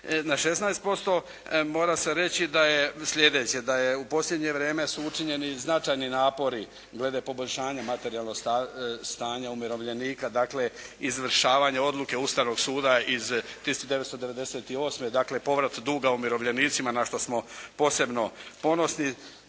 na 16%. Mora se reći slijedeće da je u posljednje vrijeme su učinjeni značajni napori glede poboljšanja materijalnog stanja umirovljenika. Dakle, izvršavanja Odluke Ustavnog suda iz 1998. Dakle, povrat duga umirovljenicima na što smo posebno ponosni.